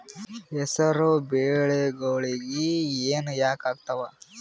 ಹೆಸರು ಬೆಳಿಗೋಳಿಗಿ ಹೆನ ಯಾಕ ಆಗ್ತಾವ?